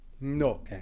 No